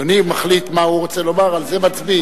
אדוני מחליט מה הוא רוצה לומר, על זה מצביעים.